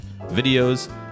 videos